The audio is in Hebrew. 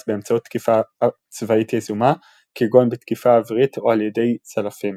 באמצעות תקיפה צבאית יזומה כגון בתקיפה אווירית או על ידי צלפים.